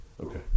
Okay